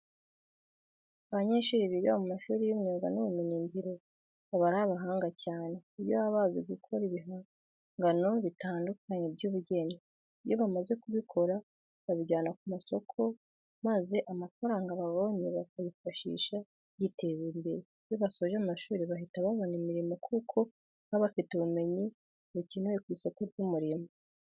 Abanyeshuri biga mu mashuri y'imyuga n'ubumenyingiro baba ari abahanga cyane ku buryo baba bazi gukora ibihangano bitandukanye by'ubugeni. Iyo bamaze kubikora babijyana ku masoko maza amafaranga babonye bakayifashisha biteza imbere. Iyo basoje amashuri bahita babona imirimo kuko baba bafite ubumenyi bukenewe ku isoko ry'umurimo.